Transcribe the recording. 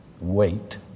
Wait